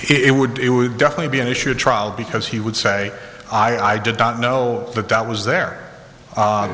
it would it would definitely be an issue of trial because he would say i i did not know that that was there